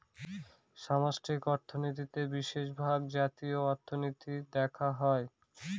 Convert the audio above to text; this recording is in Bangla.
সামষ্টিক অর্থনীতিতে বিশেষভাগ জাতীয় অর্থনীতি দেখা হয়